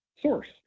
source